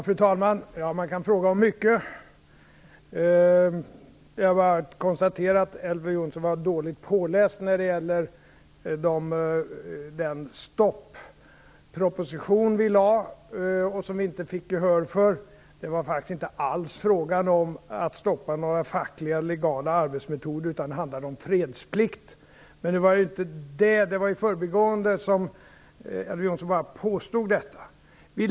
Fru talman! Man kan fråga om mycket. Jag kan bara konstatera att Elver Jonsson är dåligt påläst när det gäller den stopproposition vi lade och inte fick gehör för. Det var faktiskt inte alls fråga om att stoppa några fackliga legala arbetsmetoder - det handlade om fredsplikt. Men detta var ju något som Elver Jonsson bara påstod i förbigående.